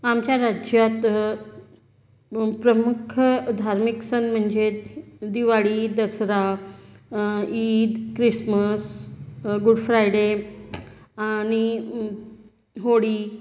आमच्या राज्यात प्रमुख धार्मिक सण म्हणजे Diwali Dussehra Eid Christmas Good Friday आणि होळी